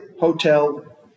hotel